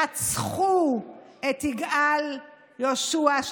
רצחו את יגאל יהושע,